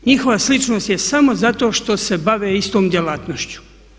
Njihova sličnost je samo zato što se bave istom djelatnošću.